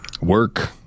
work